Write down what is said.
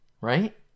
right